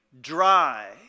dry